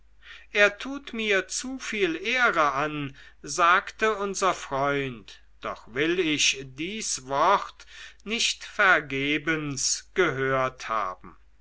er tut mir zu viel ehre an sagte der freund doch will ich dies wort nicht vergebens gehört haben